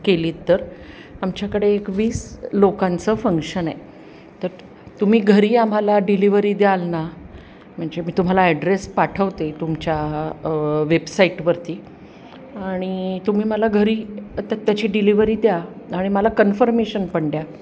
केलीत तर आमच्याकडे एक वीस लोकांचं फंक्शन आहे तर तुम्ही घरी आम्हाला डिलिव्हरी द्याल ना म्हणजे मी तुम्हाला ॲड्रेस पाठवते तुमच्या वेबसाईटवरती आणि तुम्ही मला घरी त त्याची डिलिव्हरी द्या आणि मला कन्फर्मेशन पण द्या